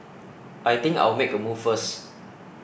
I think I'll make a move first